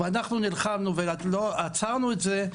ואנחנו נלחמנו ועצרנו את זה.